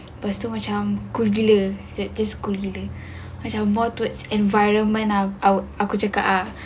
lepas tu macam cool gila just cool gila macam more towards environment I would aku cakap ah